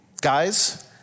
Guys